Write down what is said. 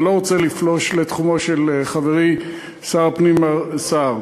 ואני לא רוצה לפלוש לתחומו של חברי שר הפנים מר סער.